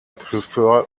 prefer